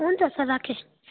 हुन्छ सर राखेँ